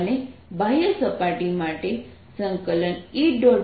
અને બાહ્ય સપાટી માટે E